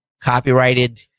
copyrighted